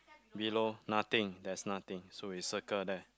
below nothing there's nothing so we circle there